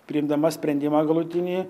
priimdama sprendimą galutinį